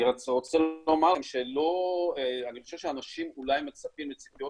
אני רוצה לומר שאני חושב שאנשים אולי מצפים בציפיות